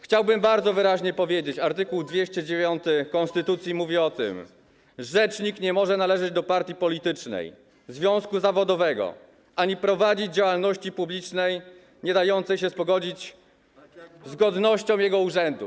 Chciałbym bardzo wyraźnie powiedzieć, art. 209 konstytucji mówi o tym: rzecznik nie może należeć do partii politycznej, związku zawodowego ani prowadzić działalności publicznej niedającej się pogodzić z godnością jego urzędu.